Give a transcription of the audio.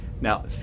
Now